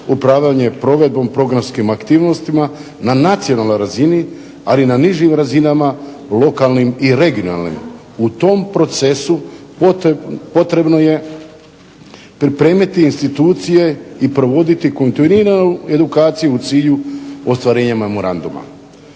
upravljanje provedbom programskim aktivnostima na nacionalnoj razini, ali i na nižim razinama, lokalnim i regionalnim. U tom procesu potrebno je pripremiti institucije i provoditi kontinuiranu edukaciju u cilju ostvarenja memoranduma.